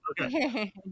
Okay